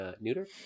neuter